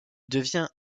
devient